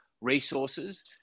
resources